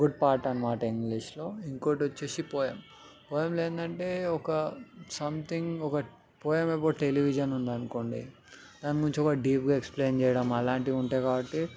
good part అన్నమాట ఇంగ్లీష్లో ఇంకోటి వచ్చి పోయెమ్ పోయెమ్లో ఏంటంటే ఒక సంథింగ్ ఒక పోయెమ్ అబౌట్ టెలివిజన్ ఉంది అనుకోండి దాని గురించి ఒక డీప్గా ఎక్స్ప్లేయిన్ చేయడం అలాంటివి ఉంటాయి కాబట్టి